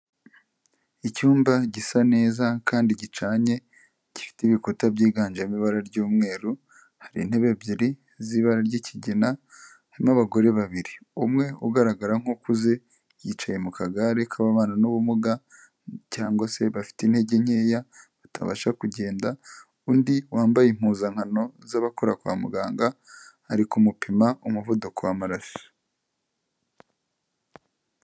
Icyumba gisa neza kandi gicanye, gifite ibikuta byiganjemo ibara ry'umweru, hari intebe ebyiri z'ibara ry'ikigina, harimo abagore babiri, umwe ugaragara nk'ukuze yicaye mu kagare k'ababana n'ubumuga, cyangwa se bafite intege nkeya batabasha kugenda, undi wambaye impuzankano z'abakora kwa muganga, ari kumupima umuvuduko w'amaraso.